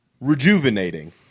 rejuvenating